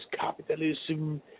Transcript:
capitalism